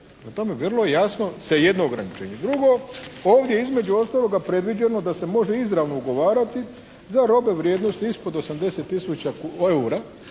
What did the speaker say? tome, vrlo jasno se jedno ograničenje. Drugo, ovdje između ostaloga predviđeno da se može izravno ugovarati za robe u vrijednosti ispod 80 tisuća